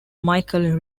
michael